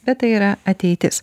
bet tai yra ateitis